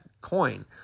coin